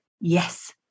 Yes